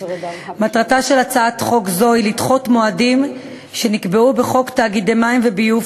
מטרתה של הצעת חוק זו היא לדחות מועדים שנקבעו בחוק תאגידי מים וביוב,